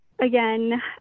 again